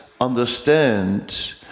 understand